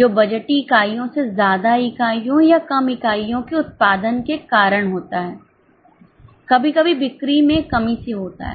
जो बजटीय इकाइयों से ज्यादा इकाइयों या कम इकाइयों के उत्पादन के कारण होता है कभी कभी बिक्री में कमी से होता है